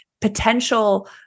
potential